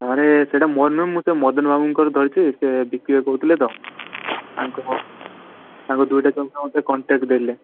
ଆରେ ସେଟା ମୋର ନୁହେଁ ମୁଁ ସେ ମଦନବାବୁଙ୍କର ଧରିଛି ସେ ବିକିବେ କହୁଥିଲେ ତ ତାଙ୍କୁ ହଁ ତାଙ୍କ ଦୁଇଟା ଜମିର ମୋତେ କଣ୍ଟାକ୍ଟ୍ ଦେଲେ